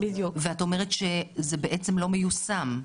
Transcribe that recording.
ואת אומרת שזה בעצם לא מיושם?